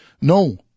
No